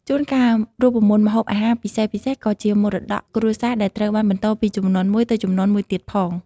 ជួនកាល រូបមន្តម្ហូបអាហារពិសេសៗក៏ជាមរតកគ្រួសារ ដែលត្រូវបានបន្តពីជំនាន់មួយទៅជំនាន់មួយទៀតផង។